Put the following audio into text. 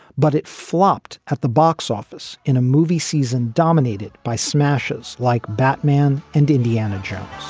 but it flopped at the box office in a movie season dominated by smashes like batman and indiana jones